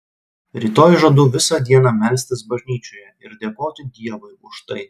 rytoj žadu visą dieną melstis bažnyčioje ir dėkoti dievui už tai